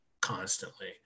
constantly